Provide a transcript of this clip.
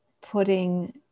putting